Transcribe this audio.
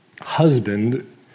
husband